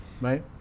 Right